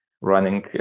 running